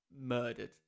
murdered